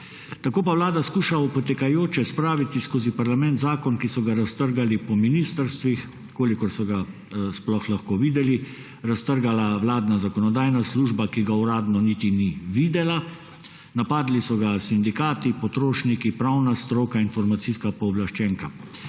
Tako pa vlada poskuša opotekajoče spraviti skozi parlament zakon, ki so ga raztrgali po ministrstvih, kolikor so ga sploh lahko videli, raztrgala ga je vladna zakonodajna služba, ki ga uradno niti ni videla. Napadli so ga sindikati, potrošniki, pravna stroka, informacijska pooblaščenka.